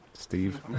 Steve